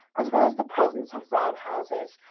as well as the presence of roundhouses,